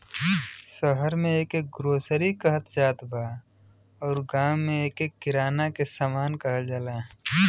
शहर में एके ग्रोसरी कहत जात बा अउरी गांव में एके किराना के सामान कहल जाला